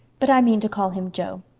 but i mean to call him jo.